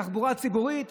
תחבורה ציבורית,